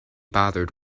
bothered